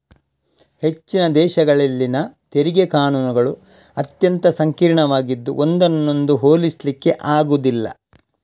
ಹೆಚ್ಚಿನ ದೇಶಗಳಲ್ಲಿನ ತೆರಿಗೆ ಕಾನೂನುಗಳು ಅತ್ಯಂತ ಸಂಕೀರ್ಣವಾಗಿದ್ದು ಒಂದನ್ನೊಂದು ಹೋಲಿಸ್ಲಿಕ್ಕೆ ಆಗುದಿಲ್ಲ